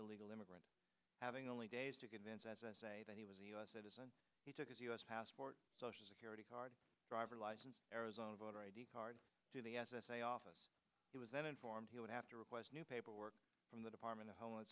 illegal immigrant having only days to convince as i say that he was a u s citizen he took his u s passport social security card driver license arizona voter id card to the s s a office he was then informed he would have to request new paperwork from the department of homeland